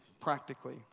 practically